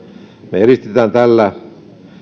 me edistämme tällä